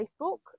Facebook